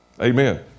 Amen